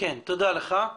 תודה לך.